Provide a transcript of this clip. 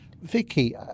Vicky